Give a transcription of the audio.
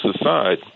aside